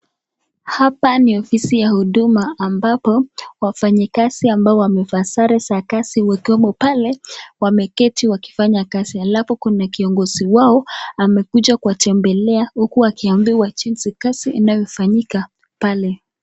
Hapa ni ofisi ya huduma ambapo wafanyakazi ambao wamevaa sare za kazi wakiwemo pale wameketi wakifanya kazi alafu kuna kiongozi wao amekuja kuwatembelea huku akiambiwa jinsi kazi inavyofanyika pale.